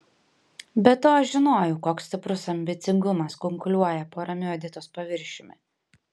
be to aš žinojau koks stiprus ambicingumas kunkuliuoja po ramiu editos paviršiumi